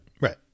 right